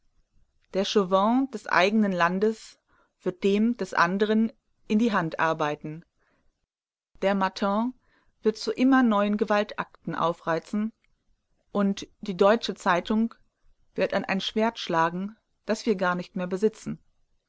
der chauvin des einen landes wird dem des anderen in die hand arbeiten der matin wird zu immer neuen gewaltakten aufreizen und die deutsche zeitung wird an ein schwert schlagen das wir gar nicht mehr besitzen